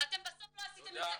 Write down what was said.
ואתם בסוף לא עשיתם עם זה כלום.